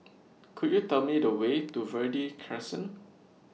Could YOU Tell Me The Way to Verde Crescent